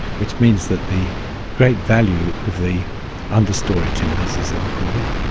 which means that the great value of the understorey timbers, as they were called,